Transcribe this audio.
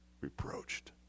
reproached